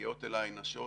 כשמגיעות אליי נשות